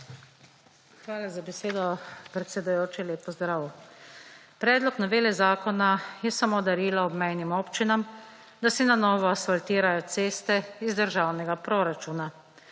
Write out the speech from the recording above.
Hvala za besedo, predsedujoči. Lep pozdrav! Predlog novele zakona je samo darilo obmejnim občinam, da si na novo asfaltirajo ceste iz državnega proračuna.